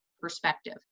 perspective